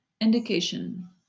Indication